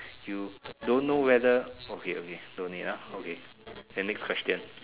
you don't know whether okay okay don't need ah okay then next question